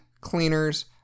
cleaners